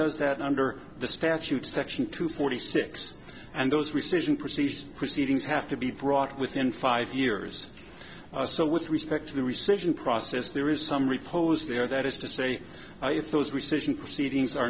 does that under the statute section two forty six and those recession perceived proceedings have to be brought within five years or so with respect to the recession process there is some repose there that is to say if those rescission proceedings